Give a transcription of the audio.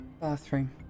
Bathroom